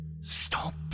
Stop